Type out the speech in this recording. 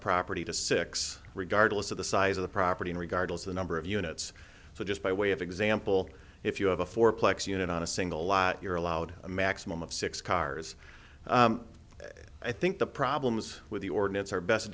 property to six regardless of the size of the property regardless of the number of units so just by way of example if you have a fourplex unit on a single lot you're allowed a maximum of six cars i think the problems with the ordinance are best